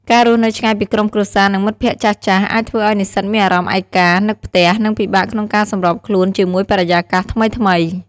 ការរស់នៅឆ្ងាយពីក្រុមគ្រួសារ និងមិត្តភ័ក្តិចាស់ៗ អាចធ្វើឲ្យនិស្សិតមានអារម្មណ៍ឯកា នឹកផ្ទះ និងពិបាកក្នុងការសម្របខ្លួនជាមួយបរិយាកាសថ្មីៗ។